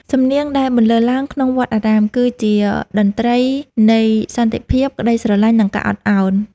សំនៀងដែលបន្លឺឡើងក្នុងវត្តអារាម គឺជាតន្ត្រីនៃសន្តិភាព ក្ដីស្រឡាញ់ និងការអត់ឱន។